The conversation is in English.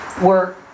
work